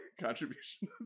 contribution